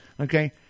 okay